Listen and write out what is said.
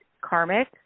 karmic